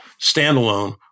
standalone